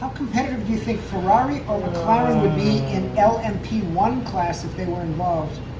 um competitive do you think ferrari or mclaren would be in l m p one class if they were involved?